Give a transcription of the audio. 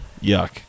yuck